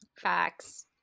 Facts